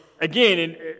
again